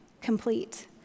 complete